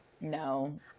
No